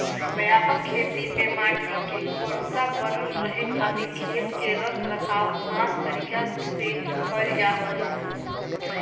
व्यापक खेती में माटी के उर्वरकता बनल रहे खातिर खेत के रख रखाव खास तरीका से कईल जात हवे